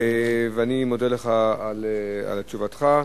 ואני מודה לך על תשובתך.